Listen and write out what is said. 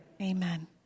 Amen